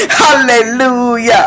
hallelujah